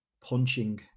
punching